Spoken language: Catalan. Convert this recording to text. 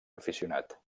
aficionat